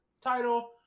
title